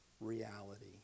reality